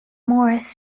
morris